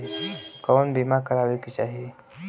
कउन बीमा करावें के चाही?